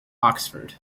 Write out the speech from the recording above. oxford